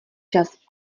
čas